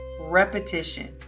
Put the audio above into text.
repetition